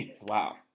Wow